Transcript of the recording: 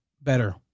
better